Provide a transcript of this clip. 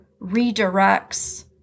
redirects